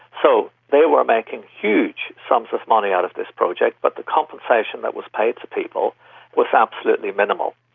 so they were making huge sums of money out of this project, but the compensation that was paid to people was absolutely minimal,